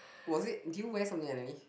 was it did you wear something underneath